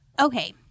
Okay